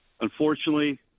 unfortunately